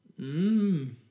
Mmm